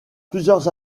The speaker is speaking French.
plusieurs